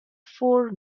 four